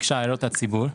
וביקש את הערות הציבור.